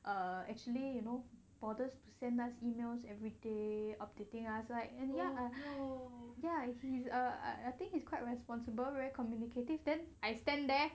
err actually you know bothers to send emails everyday updating us like end ya ya actually err I think he's quite responsible very communicative then I stand there